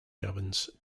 governs